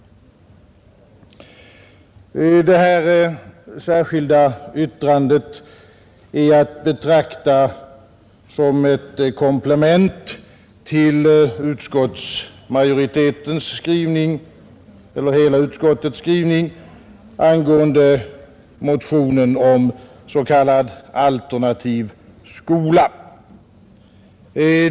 Det särskilda yttrandet är att betrakta som ett komplement till utskottets skrivning angående motionen om s.k. alternativ skola.